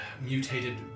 mutated